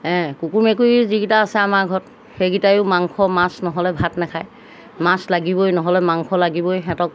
কুকুৰ মেকুৰীৰ যিকেইটা আছে আমাৰ ঘৰত সেইকেইটাইও মাংস মাছ নহ'লে ভাত নাখায় মাছ লাগিবই নহ'লে মাংস লাগিবই সিহঁতক